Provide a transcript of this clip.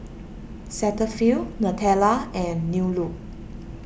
Cetaphil Nutella and New Look